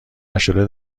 نشده